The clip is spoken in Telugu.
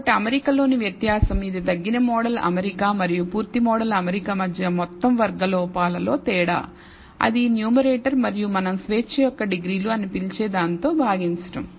కాబట్టి అమరికలోని వ్యత్యాసం ఇది తగ్గిన మోడల్ అమరిక మరియు పూర్తి మోడల్ అమరిక మధ్య మొత్తం వర్గ లోపాలులో తేడా అది న్యూమరేటర్ మరియు మనం స్వేచ్ఛ యొక్క డిగ్రీలు అని పిలిచే దాని తో భాగిచటం